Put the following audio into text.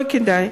לא כדאי.